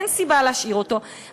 אין סיבה להשאיר אותו,